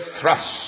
thrust